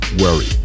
worry